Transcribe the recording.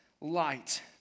light